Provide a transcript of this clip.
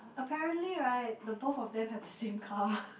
apparently [right] the both of them have the same car